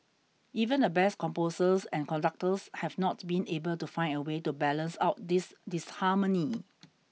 even the best composers and conductors have not been able to find a way to balance out this disharmony